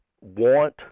want